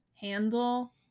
handle